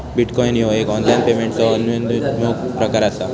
bitcoin ह्यो एक online पेमेंटचो उद्योन्मुख प्रकार असा